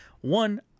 One